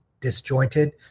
disjointed